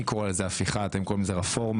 אני קורא לזה הפיכה ואתם קוראים לו רפורמה,